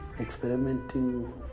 experimenting